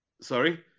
Sorry